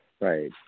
Right